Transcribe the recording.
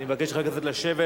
אני מבקש מחברי הכנסת לשבת.